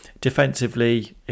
Defensively